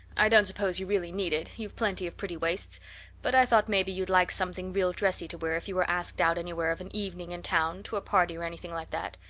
i don't suppose you really need it you've plenty of pretty waists but i thought maybe you'd like something real dressy to wear if you were asked out anywhere of an evening in town, to a party or anything like that.